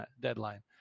deadline